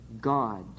God